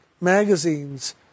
magazines